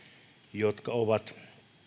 jotka ovat